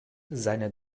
seine